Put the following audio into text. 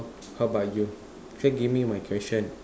how about you first give me my question